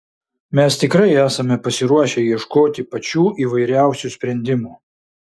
mes tikrai esame pasiruošę ieškoti pačių įvairiausių sprendimų